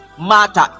matter